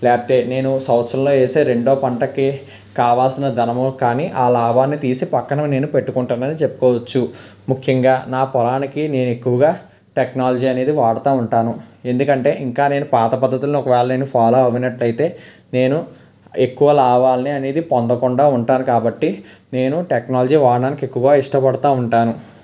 లేకపోతే నేను సంవత్సరంలో వేసే రెండో పంటకి కావాల్సిన ధనము కానీ ఆ లాభాన్ని తీసి పక్కన నేను పెట్టుకుంటున్నాను అని చెప్పుకోవచ్చు ముఖ్యంగా నా పొలానికి నేను ఎక్కువగా టెక్నాలజీ అనేది వాడతూ ఉంటాను ఎందుకంటే ఇంకా నేను పాత పద్ధతులను ఒకవేళ నేను ఫాలో అయినట్లయితే నేను ఎక్కువ లాభాలని అనేది పొందకుండా ఉంటాను కాబట్టి నేను టెక్నాలజీ వాడడానికి ఎక్కువ ఇష్టపడుతూ ఉంటాను